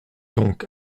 donc